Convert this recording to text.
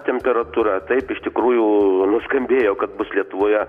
temperatūra taip iš tikrųjų nuskambėjo kad bus lietuvoje